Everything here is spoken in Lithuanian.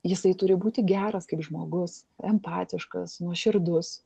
jisai turi būti geras kaip žmogus empatiškas nuoširdus